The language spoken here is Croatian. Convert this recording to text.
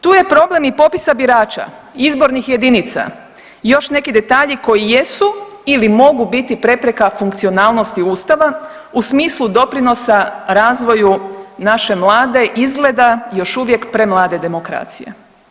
Tu je problem i popisa birača, izbornih jedinica i još neki detalji koji jesu ili mogu biti prepreka funkcionalnosti Ustava u smislu doprinosa razvoju naše mlade izgleda još uvijek premlade demokracije.